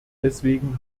deswegen